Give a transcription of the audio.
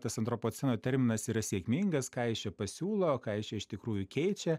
tas antropoceno terminas yra sėkmingas ką jis čia pasiūlo ką jis čia iš tikrųjų keičia